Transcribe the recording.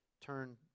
Turn